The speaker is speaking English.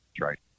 right